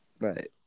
right